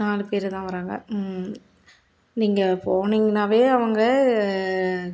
நாலு பேர்தான் வராங்க நீங்கள் போனீங்கன்னாலே அவங்க